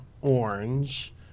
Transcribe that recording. orange